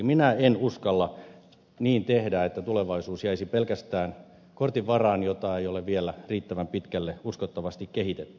minä en uskalla tehdä niin että tulevaisuus jäisi pelkästään kortin varaan jota ei ole vielä riittävän pitkälle uskottavasti kehitetty